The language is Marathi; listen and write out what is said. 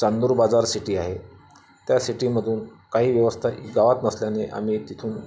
चांदूर बाजार सिटी आहे त्या सिटीमधून काही व्यवस्था गावात नसल्याने आम्ही तिथून